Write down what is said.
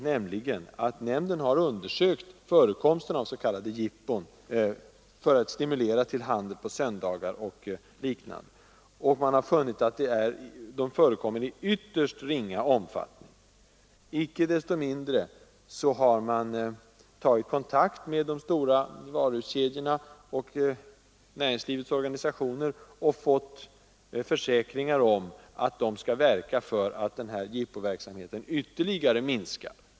Nämnden har nämligen undersökt förekomsten av s.k. jippon för att stimulera handel på söndagar och liknande, och vi har funnit att sådana förekommer i ytterst ringa omfattning. Icke desto mindre har nämndens ordförande tagit kontakt med de stora varuhuskedjorna och handelns organisationer och fått försäkringar om att de skall verka för att den här jippoverksamheten ytterligare minskar.